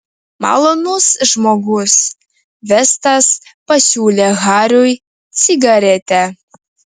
malonus žmogus vestas pasiūlė hariui cigaretę